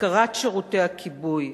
הפקרת שירותי הכיבוי,